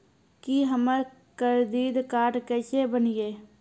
की हमर करदीद कार्ड केसे बनिये?